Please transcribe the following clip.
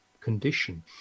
condition